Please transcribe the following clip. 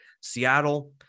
Seattle